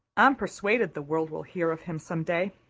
i'm persuaded the world will hear of him some day,